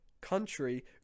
Country